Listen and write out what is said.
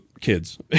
kids